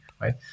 right